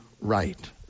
right